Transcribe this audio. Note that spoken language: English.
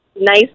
nice